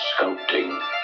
sculpting